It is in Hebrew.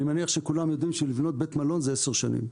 אני מניח שכולם יודעים שלבנות בית מלון זה 10 שנים.